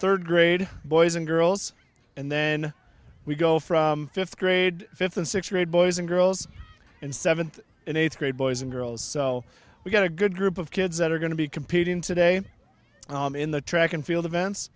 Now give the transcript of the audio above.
third grade boys and girls and then we go from fifth grade fifth and sixth grade boys and girls in seventh and eighth grade boys and girls so we get a good group of kids that are going to be competing today in the track and field events